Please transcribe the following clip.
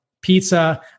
pizza